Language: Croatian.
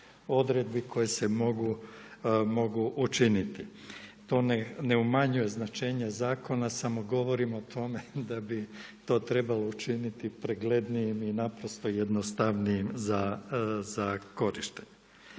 odredbi koje se mogu učiniti. To ne umanjuje značenje zakona, samo govorim o tome da bi to trebalo učiniti preglednijim i naprosto jednostavnijim za korištenje.